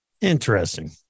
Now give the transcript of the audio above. Interesting